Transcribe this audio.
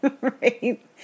Right